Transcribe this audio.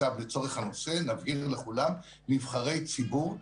לצורך הנושא נבהיר לכולם נבחרי ציבור,